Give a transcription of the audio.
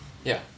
ya